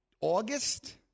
August